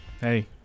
Hey